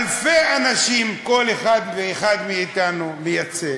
אלפי אנשים כל אחד ואחד מאתנו מייצג,